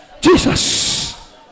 Jesus